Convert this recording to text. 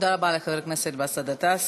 תודה רבה לחבר הכנסת גטאס.